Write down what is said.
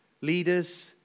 leaders